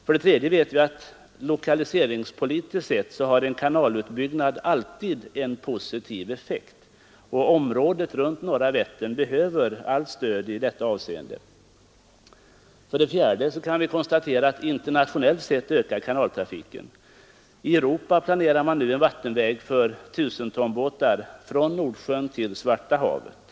För det tredje vet vi att en kanalutbyggnad lokaliseringspolitiskt sett alltid har en positiv effekt, och området runt norra Vättern behöver allt stöd i detta avseende. För det fjärde kan vi konstatera att internationellt sett ökar kanaltrafiken. I Europa planeras nu en vattenväg för tusentonsbåtar från Nordsjön till Svarta havet.